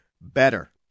better